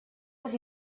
les